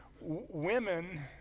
women